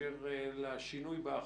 המגעים כנתון עזר לקביעה של סגר לילי,